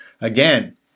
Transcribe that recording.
Again